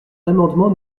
l’amendement